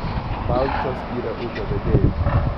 balčą skyrė ūkio vedėju